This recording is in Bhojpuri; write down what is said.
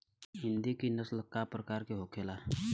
हिंदी की नस्ल का प्रकार के होखे ला?